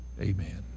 amen